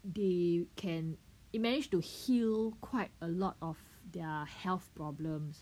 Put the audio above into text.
they can it manage to heal quite a lot of their health problems